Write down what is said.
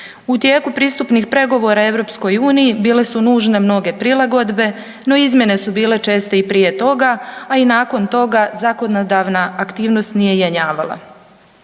U tijeku pristupnih pregovora EU bile su nužne mnoge prilagodbe no izmjene su bila česte i prije toga, a i nakon toga zakonodavna aktivnost nije jenjavala.